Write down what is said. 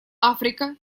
африка